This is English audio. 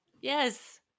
Yes